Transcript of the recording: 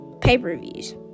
pay-per-views